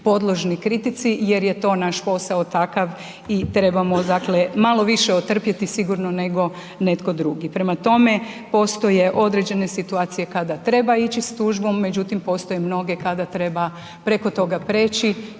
podložni kritici jer je to naš posao takav i trebamo dakle malo više otrpjeti sigurno nego netko drugi. Prema tome, postoje određene situacije kada treba ići sa tužbom međutim postoje mnoge kada treba preko toga prijeći